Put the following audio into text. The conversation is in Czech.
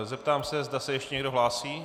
Zeptám se, zda se ještě někdo hlásí.